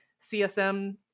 CSM